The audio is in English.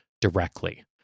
directly